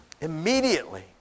Immediately